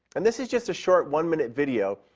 and this is just a short one-minute video,